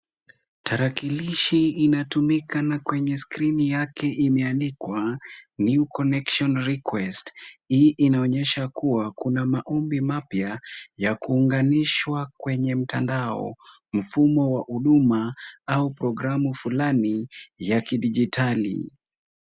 Tarakilishi inatumika na kwenye skrini yake imeandikwa new connection request . Hii inaonyesha kuwa kuna maombi mapya, ya kuunganishwa kwenye mtandao mfumo wa huduma au programu fulani ya kidijitali.